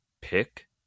pick